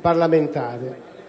parlamentare.